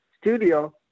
studio